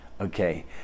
okay